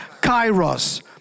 kairos